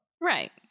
Right